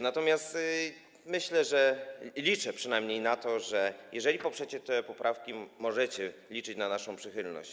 Natomiast liczę przynajmniej na to, że jeżeli poprzecie te poprawki, to możecie liczyć na naszą przychylność.